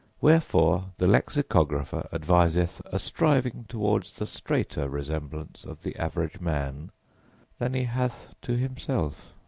wherefore the lexicographer adviseth a striving toward the straiter resemblance of the average man than he hath to himself.